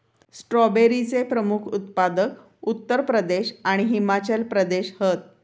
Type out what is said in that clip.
स्ट्रॉबेरीचे प्रमुख उत्पादक उत्तर प्रदेश आणि हिमाचल प्रदेश हत